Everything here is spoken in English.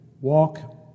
walk